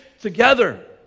together